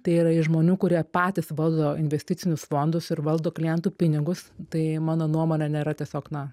tai yra iš žmonių kurie patys valdo investicinius fondus ir valdo klientų pinigus tai mano nuomonė nėra tiesiog na